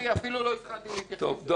לא התחלתי להתייחס אליה.